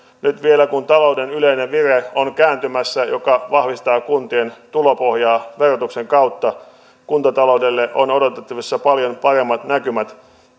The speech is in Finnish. nyt vielä kun talouden yleinen vire on kääntymässä mikä vahvistaa kuntien tulopohjaa verotuksen kautta kuntataloudelle on odotettavissa paljon paremmat näkymät